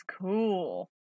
cool